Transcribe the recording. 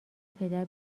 پدر